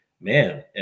man